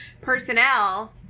personnel